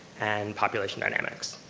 and population dynamics.